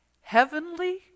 Heavenly